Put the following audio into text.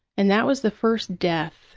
and that was the first death